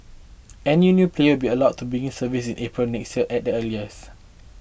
any new player will be allowed to begin services in April next year at the earliest